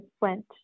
went